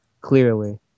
Clearly